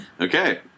Okay